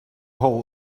hull